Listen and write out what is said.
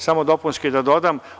Samo dopunski da dodam.